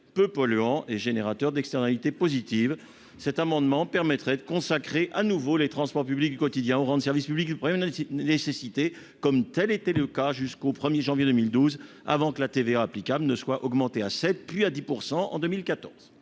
peu polluants et générateurs d'externalités positives. L'adoption de cet amendement permettrait de consacrer à nouveau les transports publics du quotidien au rang de service public de première nécessité, comme c'était le cas jusqu'au 1 janvier 2012, avant que la TVA applicable ne soit augmentée à 7 %, puis à 10 % en 2014.